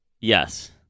Yes